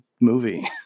movie